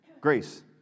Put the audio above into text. Grace